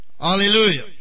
Hallelujah